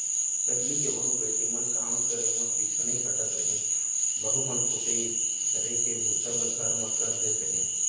पहिली के बहू बेटी मन काम करे म पीछू नइ हटत रहिन, बहू मन कुटई छरई के बूता ल घर म कर लेत रहिन